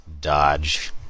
dodge